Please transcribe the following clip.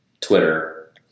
Twitter